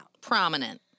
Prominent